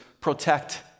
protect